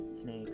snake